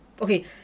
okay